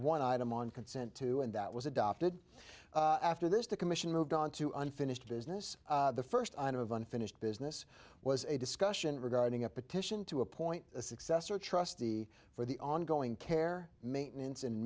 one item on consent to and that was adopted after this the commission moved on to unfinished business the first i know of unfinished business was a discussion regarding a petition to appoint a successor trustee for the ongoing care maintenance and